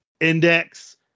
index